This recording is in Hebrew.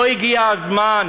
לא הגיע הזמן